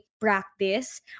practice